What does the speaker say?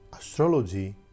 astrology